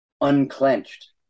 unclenched